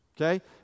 Okay